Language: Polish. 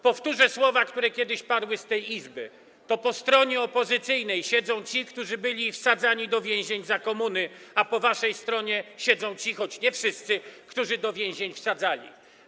Powtórzę słowa, które kiedyś padły w tej Izbie: To po stronie opozycyjnej siedzą ci, którzy byli wsadzani do więzień za komuny, a po waszej stronie siedzą ci, choć nie wszyscy, którzy do więzień wsadzali.